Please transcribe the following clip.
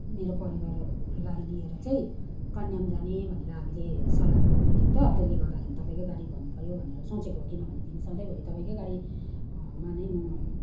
मेरो परिवारलाई लिएर चाहिँ कन्याम जाने भनेर हामीले सल्लाह मिलाउँदै थियौँ त त्यसले गर्दाखेरि तपाईँको गाडी भन्नुपऱ्यो भनेर सोचेको किनभनेदेखि सधैँभरि तपाईँकै गाडी मा नै म